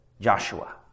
Joshua